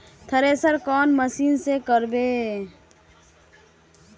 Thresher कौन machine से करबे?